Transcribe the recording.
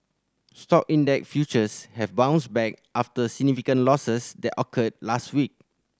stock index futures have bounced back after significant losses that occurred last week